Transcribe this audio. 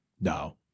no